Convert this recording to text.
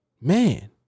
Man